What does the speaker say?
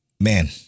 Man